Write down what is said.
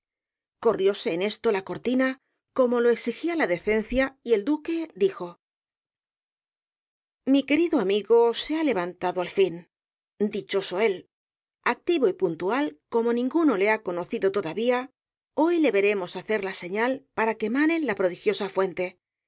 en esto la cortina como lo exigía la decencia y el duque dijo mi querido amigo se ha levantado al fin dichoso éll activo y puntual como ninguno le ha conocido el caballero de las botas azules todavía hoy le veremos hacer la señal para que mane la prodigiosa fuente